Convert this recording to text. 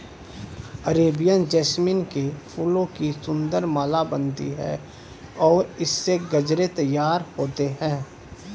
Arabian jasmine के फूलों की सुंदर माला बनती है और इससे गजरे तैयार होते हैं